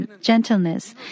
gentleness